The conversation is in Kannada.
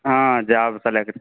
ಹಾಂ ಜಾಬ್ ಸಲ್ವಾಗ್ರಿ